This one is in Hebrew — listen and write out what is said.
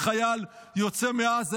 חייל יוצא מעזה,